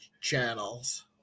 channels